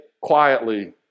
quietly